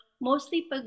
mostly